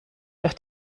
durch